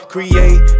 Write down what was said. Create